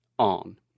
on